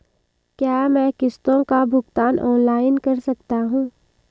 क्या मैं किश्तों का भुगतान ऑनलाइन कर सकता हूँ?